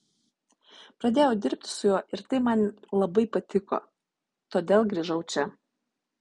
pradėjau dirbi su juo ir tai man labai patiko todėl grįžau čia